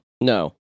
No